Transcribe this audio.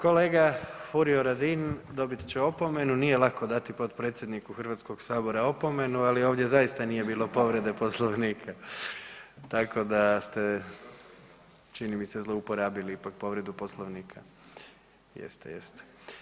Kolega Furio Radin dobit će opomenu, nije lako dati potpredsjedniku HS opomenu, ali ovdje zaista nije bilo povrede Poslovnika, tako da ste čini mi se zlouporabili ipak povredu Poslovnika … [[Upadica ne ne razumije]] Jeste, jeste.